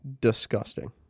Disgusting